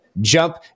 jump